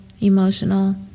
emotional